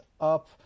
up